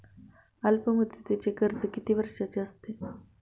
अल्पमुदतीचे कर्ज किती वर्षांचे असते?